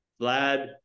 Vlad